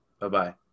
Bye-bye